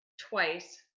twice